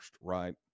right